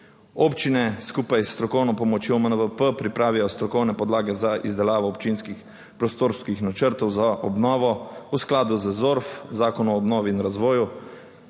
Občine skupaj s strokovno pomočjo MVP pripravijo strokovne podlage za izdelavo občinskih prostorskih načrtov za obnovo v skladu z ZORF; Zakonom o obnovi in razvoju.